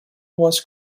was